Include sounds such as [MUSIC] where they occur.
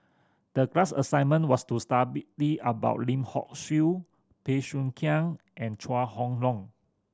the class assignment was to [UNINTELLIGIBLE] about Lim Hock Siew Bey Soo Khiang and Chua Chong Long